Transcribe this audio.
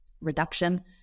reduction